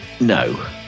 no